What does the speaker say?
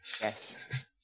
Yes